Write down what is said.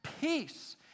Peace